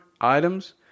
items